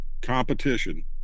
competition